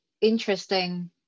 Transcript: interesting